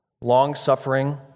long-suffering